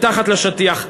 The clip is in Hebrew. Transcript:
מתחת לשטיח.